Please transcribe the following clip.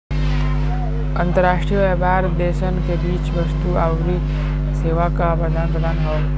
अंतर्राष्ट्रीय व्यापार देशन के बीच वस्तु आउर सेवा क आदान प्रदान हौ